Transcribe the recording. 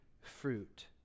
fruit